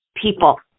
people